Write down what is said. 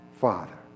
father